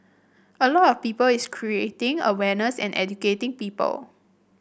a lot of people its creating awareness and educating people